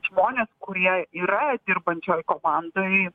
žmonės kurie yra dirbančioj komandoj